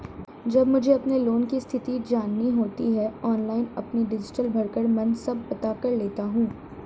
जब मुझे अपने लोन की स्थिति जाननी होती है ऑनलाइन अपनी डिटेल भरकर मन सब पता कर लेता हूँ